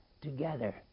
together